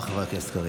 בחוק על טבריה.